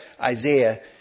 Isaiah